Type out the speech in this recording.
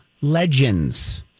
legends